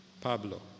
Pablo